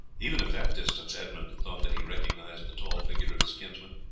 even at that distance edmund thought that he recognized the tall figure of his kinsman,